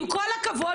עם כל הכבוד,